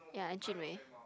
yeah and Jun-Wei